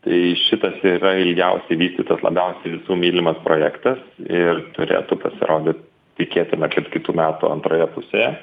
tai šitas yra ilgiausiai vystytas labiausiai visų mylimas projektas ir turėtų pasirodyt tikėtina kad kitų metų antroje pusėje